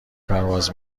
پرواز